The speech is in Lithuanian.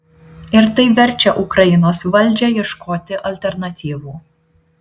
ir tai verčia ukrainos valdžią ieškoti alternatyvų